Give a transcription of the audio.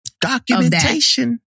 documentation